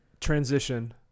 Transition